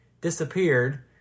disappeared